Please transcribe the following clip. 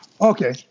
Okay